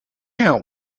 out